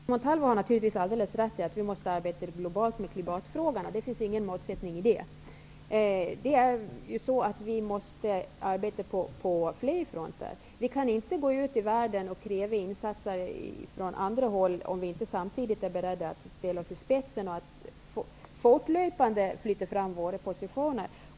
Herr talman! Max Montalvo har naturligtvis alldeles rätt i att vi måste arbeta globalt med klimatfrågorna. Här finns ingen motsättning. Vi måste arbeta på flera fronter. Vi kan inte gå ut i världen och kräva insatser om vi inte själva är beredda att gå i spetsen för att fortlöpande flytta fram våra positioner.